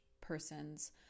persons